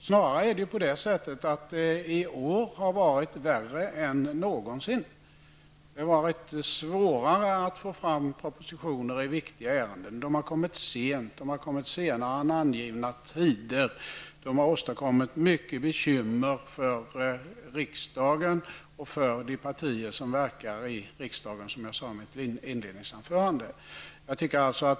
Snarare har det i år varit värre än någonsin. Det har varit svårare att få fram propositioner i viktiga ärenden. De har kommit sent, senare än vid angivna tider, och det har åstadkommit mycket bekymmer för riksdagen och för de partier som verkar i riksdagen, som jag sade i mitt inledningsanförande.